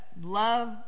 love